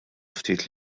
ftit